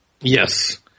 Yes